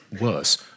worse